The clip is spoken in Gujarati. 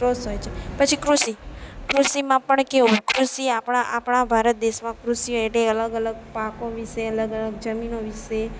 કોર્સ હોય છે પછી કૃષિ કૃષિમાં પણ કેવું કૃષિ આપણા આપણા ભારત દેશમાં કૃષિ એ અલગ અલગ પાકો વિશે અલગ અલગ જમીનો વિશે